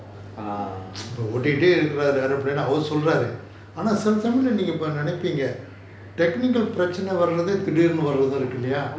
ah ஆமா:aama